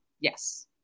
Yes